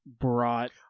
brought